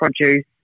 produce